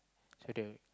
so do